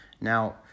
Now